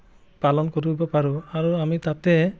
পালন কৰিব পাৰোঁ আৰু আমি তাতে